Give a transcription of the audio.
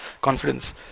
Confidence